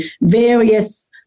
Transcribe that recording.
various